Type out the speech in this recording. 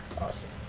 Awesome